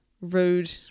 rude